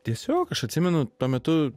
tiesiog aš atsimenu tuo metu